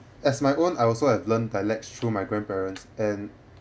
as my own I also have learned dialects through my grandparents and